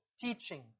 Teaching